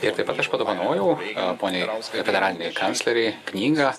ir taip pat aš padovanojau poniai federalinei kanclerei knygą